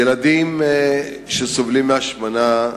ילדים שסובלים מהשמנה,